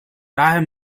daher